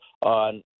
on